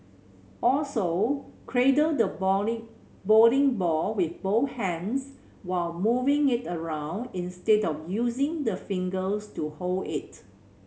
also cradle the bowling bowling ball with both hands while moving it around instead of using the fingers to hold it